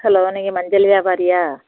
hello நீங்கள் மஞ்சள் வியாபாரியா